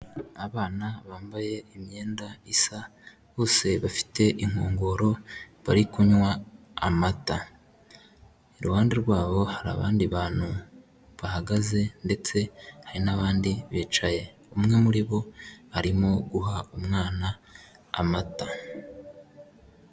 Abana bambaye imyenda isa, bose bafite inkongoro bari kunywa amata. Iruhande rwabo hari abandi bantu bahagaze ndetse hari n'abandi bicaye. Umwe muri bo arimo guha umwana amata.